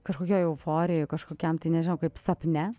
kažkokioj euforijoj kažkokiam tai nežinau kaip sapne